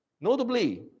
Notably